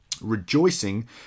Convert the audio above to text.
rejoicing